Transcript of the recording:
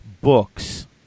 books